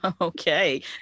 Okay